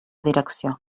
direcció